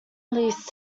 leased